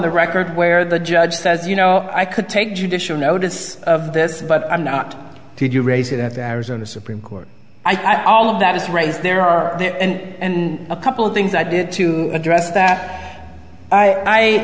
the record where the judge says you know i could take judicial notice of this but i'm not did you raise it that the arizona supreme court i call them that is raised there are there and a couple of things i did to address that i